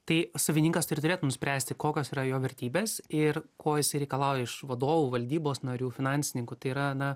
tai savininkas turi turėt nuspręsti kokios yra jo vertybės ir ko jisai reikalauja iš vadovų valdybos narių finansininkų tai yra na